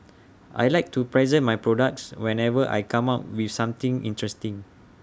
I Like to present my products whenever I come up with something interesting